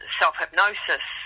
self-hypnosis